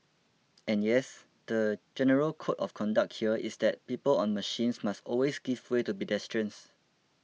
and yes the general code of conduct here is that people on machines must always give way to pedestrians